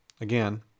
again